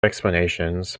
explanations